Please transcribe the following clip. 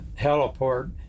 heliport